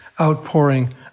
outpouring